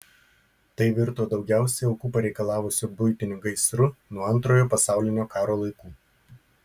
tai virto daugiausiai aukų pareikalavusiu buitiniu gaisru nuo antrojo pasaulinio karo laikų